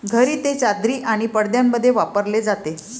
घरी ते चादरी आणि पडद्यांमध्ये वापरले जाते